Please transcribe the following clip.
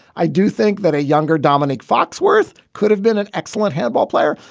i do think that a younger dominique foxworth could have been an excellent handball player.